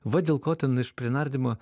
va dėl ko ten aš prie nardymo